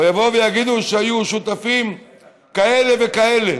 או יבואו ויגידו שהיו שותפים כאלה וכאלה.